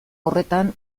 horretan